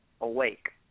awake